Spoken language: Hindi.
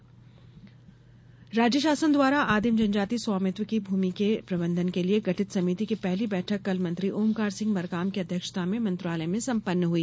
समिति बैठक राज्य शासन द्वारा आदिम जनजाति स्वामित्व की भूमि के प्रबन्धन के लिये गठित समिति की पहली बैठक कल मंत्री ओमकार सिंह मरकाम की अध्यक्षता में मंत्रालय में सम्पन्न हुई